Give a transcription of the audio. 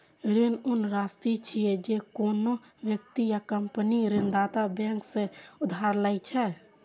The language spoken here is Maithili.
ऋण ऊ राशि छियै, जे कोनो व्यक्ति या कंपनी ऋणदाता बैंक सं उधार लए छै